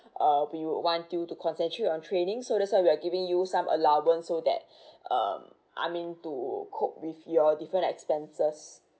uh we would want you to concentrate on training so that's why we are giving you some allowance so that um I mean to cope with your different expenses